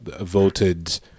voted